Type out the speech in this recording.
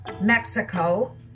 mexico